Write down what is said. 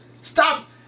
Stop